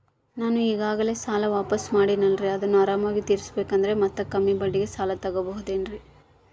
ನಾನು ಈಗಾಗಲೇ ಸಾಲ ವಾಪಾಸ್ಸು ಮಾಡಿನಲ್ರಿ ಅದನ್ನು ಆರಾಮಾಗಿ ತೇರಿಸಬೇಕಂದರೆ ಮತ್ತ ಕಮ್ಮಿ ಬಡ್ಡಿಗೆ ಸಾಲ ತಗೋಬಹುದೇನ್ರಿ?